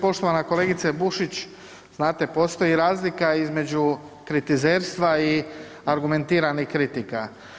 Poštovana kolegica Bušić, znate postoji razlika između kritizerstva i argumentiranih kritika.